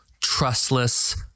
trustless